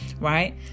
right